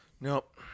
Nope